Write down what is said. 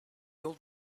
old